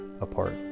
apart